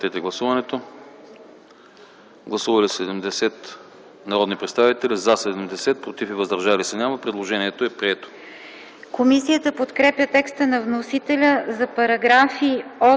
Комисията подкрепя текста на вносителя за параграфи 89,